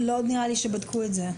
נראה לי שלא בדקו את זה.